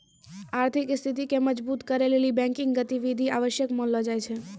आर्थिक स्थिति के मजबुत करै लेली बैंकिंग गतिविधि आवश्यक मानलो जाय छै